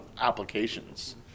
applications